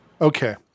Okay